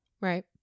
Right